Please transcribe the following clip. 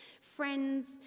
friends